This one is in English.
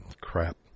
crap